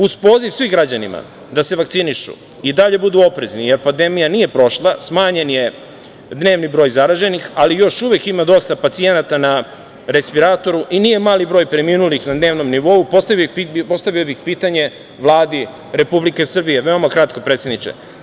Uz poziv svim građanima da se vakcinišu i dalje budu oprezni, jer pandemija nije prošla, smanjen je dnevni broj zaraženih, ali još uvek ima dosta pacijenata na respiratoru i nije mali broj preminulih na dnevnom nivou, postavio bih pitanje Vladi Republike Srbije, veoma kratko, predsedniče.